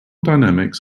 dynamics